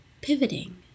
pivoting